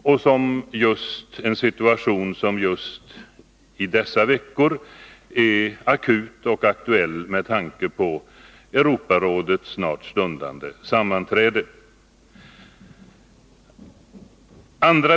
Det är en situation som just i dessa veckor är akut och aktuell med tanke på Europarådets snart stundande sammanträde.